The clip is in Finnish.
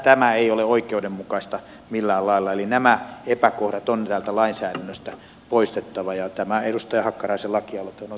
tämä ei ole oikeudenmukaista millään lailla eli nämä epäkohdat on täältä lainsäädännöstä poistettava ja tämä edustaja hakkaraisen lakialoite on oikein hyvä